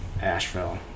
Asheville